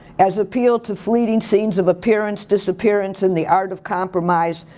as appeal to fleeting scenes of appearance, disappearance in the art of compromise,